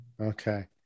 Okay